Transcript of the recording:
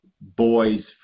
boys